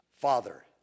Father